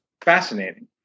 fascinating